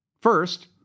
First